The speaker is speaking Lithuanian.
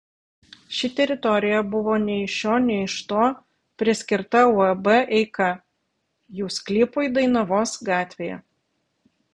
ši teritorija buvo nei iš šio nei iš to priskirta uab eika jų sklypui dainavos gatvėje